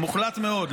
המוחלט מאוד,